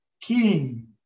king